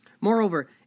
Moreover